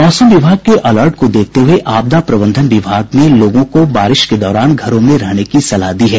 मौसम विभाग के अलर्ट को देखते हुए आपदा प्रबंधन विभाग ने लोगों को बारिश के दौरान घरों में रहने की सलाह दी है